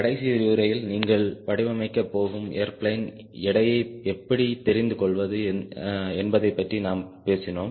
கடைசி விரிவுரையில் நீங்கள் வடிவமைக்க போகும் ஏர்பிளேன் எடையை எப்படி தெரிந்து கொள்வது என்பதைப்பற்றி நாம் பேசினோம்